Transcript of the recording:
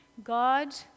God